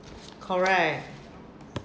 correct